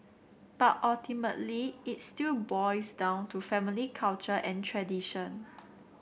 but ultimately it still boils down to family culture and tradition